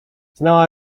znała